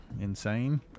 Insane